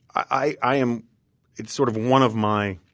i am it's sort of one of my